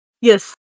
Yes